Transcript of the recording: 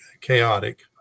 chaotic